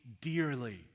dearly